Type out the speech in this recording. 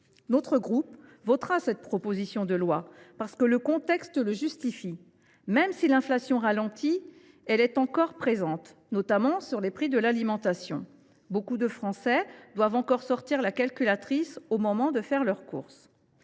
Notre groupe votera cette proposition de loi, parce que le contexte la justifie. Même si elle ralentit, l’inflation est encore présente, notamment sur les prix de l’alimentation. Nombre de Français doivent encore sortir la calculatrice au moment de faire leurs courses.